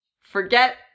forget